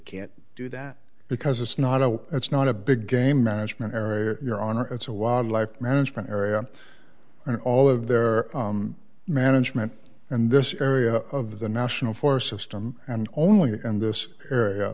can't do that because it's not oh it's not a big game management area your honor it's a wildlife management area and all of their management and this area of the national for system and only in this area